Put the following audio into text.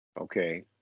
okay